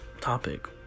Topic